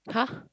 !huh!